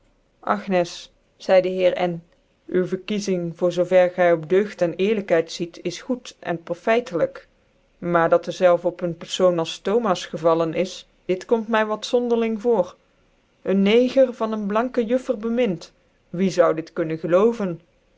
agnes zcidc de heer n u verkiezing voor zoo ver gy op deugd cn ecrlykheid ziet is roed cn pryfcliik maar dat dezelve op ccll pericon als thomas gevallen is dit komt my wat eonderling voor een ncgsr van een blanke juffer bemind wie sou dit kunnen geloven